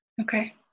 Okay